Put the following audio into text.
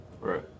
Right